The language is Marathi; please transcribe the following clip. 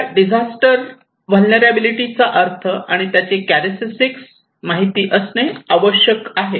आपल्याला डिझास्टर व्हलनेरलॅबीलीटी चा अर्थ आणि त्याचे चारक्टरिस्टीस माहिती असणे आवश्यक आहे